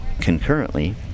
concurrently